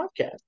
podcast